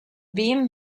wem